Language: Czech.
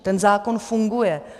Ten zákon funguje.